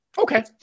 Okay